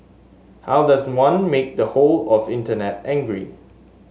how does one make the whole of Internet angry